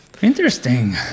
interesting